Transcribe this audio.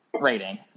rating